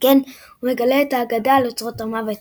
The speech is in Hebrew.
וכן הוא מגלה את האגדה על אוצרות המוות